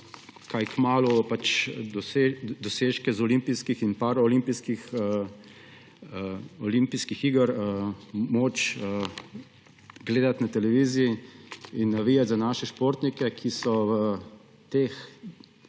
kaj kmalu dosežke z olimpijskih in paraolimpijskih iger moč gledati na televiziji in navijati za naše športnike, ki so v teh